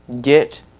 Get